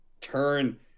Turn